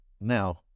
Now